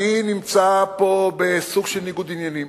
אני נמצא פה בסוג של ניגוד עניינים.